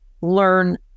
learn